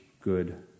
good